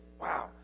Wow